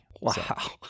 Wow